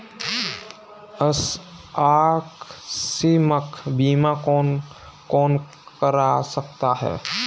आकस्मिक बीमा कौन कौन करा सकता है?